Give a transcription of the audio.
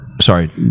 sorry